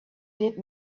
did